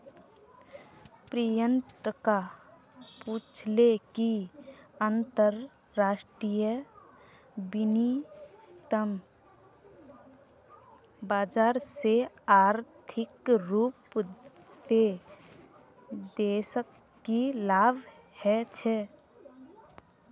प्रियंका पूछले कि अंतरराष्ट्रीय विनिमय बाजार से आर्थिक रूप से देशक की लाभ ह छे